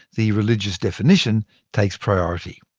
the religious definition takes priority.